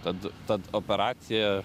tad tad operacija